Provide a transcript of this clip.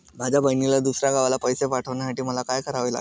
माझ्या बहिणीला दुसऱ्या गावाला पैसे पाठवण्यासाठी मला काय करावे लागेल?